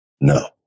No